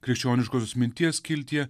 krikščioniškosios minties skiltyje